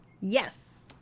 Yes